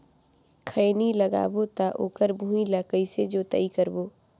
खैनी लगाबो ता ओकर भुईं ला कइसे जोताई करबो?